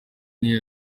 niyo